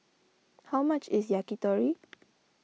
how much is Yakitori